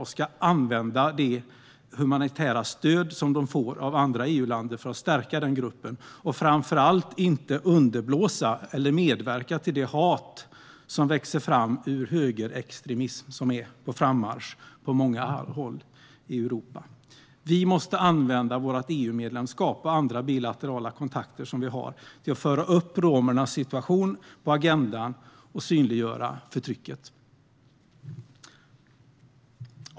De ska använda det humanitära stöd som de får av andra EU-länder för att stärka den gruppen. De ska framför allt inte underblåsa eller medverka till det hat som växer fram ur högerextremismen, som är på frammarsch på många håll i Europa. Vi måste använda vårt EU-medlemskap och andra bilaterala kontakter som vi har till att föra upp romernas situation på agendan och synliggöra förtrycket.